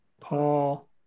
Paul –